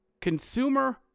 consumer